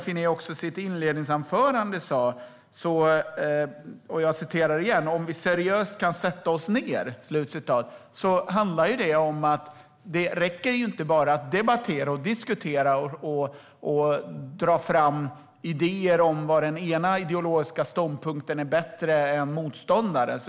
I sitt inledningsanförande sa Ewa Thalén Finné: "Om vi seriöst kan sätta oss ned.". Det räcker inte bara med att debattera och diskutera och ta fram idéer om att den ena ideologiska ståndpunkten är bättre än motståndarens.